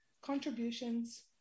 contributions